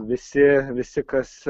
visi visi kas